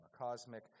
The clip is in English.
cosmic